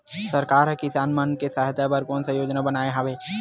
सरकार हा किसान मन के सहायता बर कोन सा योजना बनाए हवाये?